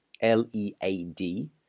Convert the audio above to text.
l-e-a-d